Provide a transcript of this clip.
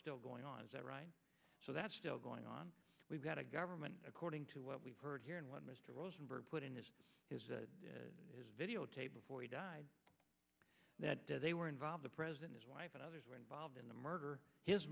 still going on is that right so that's still going on we've got a government according to what we've heard here and what mr rosenberg put in this is videotape before he died that they were involved the president his wife and others were involved in the murder his